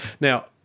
Now